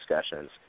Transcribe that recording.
discussions